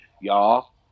y'all